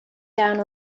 down